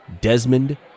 Desmond